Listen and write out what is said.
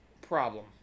problem